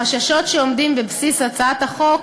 החששות שעומדים בבסיס הצעת החוק